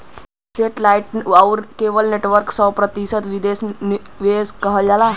सेटे light आउर cable network में सौ प्रतिशत विदेशी निवेश किहल जाला